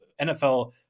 NFL